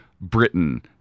Britain